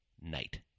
night